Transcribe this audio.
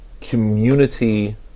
community